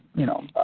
you know,